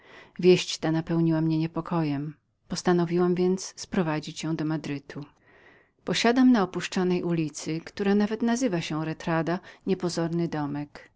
klasztorze wieść ta napełniła mnie niespokojnością postanowiłam więc sprowadzić ją do madrytu posiadam na opuszczonej ulicy która nawet nazywa się retardo niepozorny domek